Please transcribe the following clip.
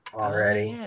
already